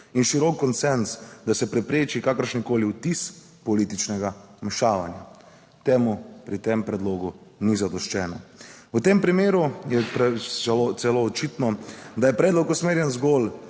in širok konsenz, da se prepreči kakršenkoli vtis političnega vmešavanja. Temu pri tem predlogu ni zadoščeno. V tem primeru je celo očitno, da je predlog usmerjen zgolj